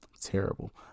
Terrible